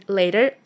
later